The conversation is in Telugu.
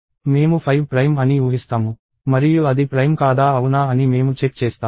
మేము 5 ప్రైమ్ అని ఊహిస్తాము మరియు అది ప్రైమ్ కాదా అవునా అని మేము చెక్ చేస్తాము